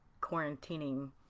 quarantining